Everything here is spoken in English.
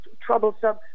troublesome